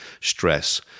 stress